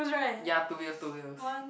ya two wheels two wheels